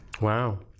Wow